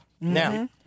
Now